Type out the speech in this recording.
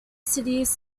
cities